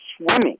swimming